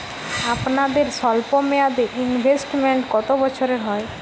আপনাদের স্বল্পমেয়াদে ইনভেস্টমেন্ট কতো বছরের হয়?